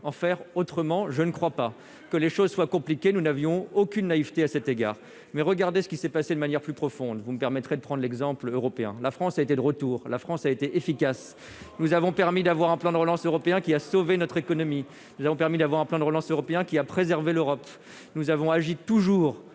en faire autrement, je ne crois pas que les choses soient compliquée, nous n'avions aucune naïveté à cet égard, mais regardez ce qui s'est passé de manière plus profonde, vous me permettrez de prendre l'exemple européen, la France était de retour, la France a été efficace, nous avons permis d'avoir un plan de relance européen qui a sauvé notre économie, nous avons permis d'avoir un plan de relance européen qui a préservé l'Europe nous avons agi toujours